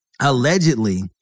Allegedly